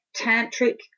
tantric